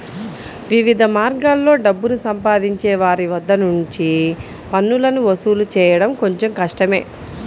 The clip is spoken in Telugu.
వివిధ మార్గాల్లో డబ్బుని సంపాదించే వారి వద్ద నుంచి పన్నులను వసూలు చేయడం కొంచెం కష్టమే